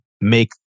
make